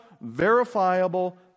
verifiable